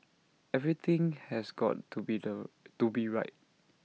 everything has got to be the to be right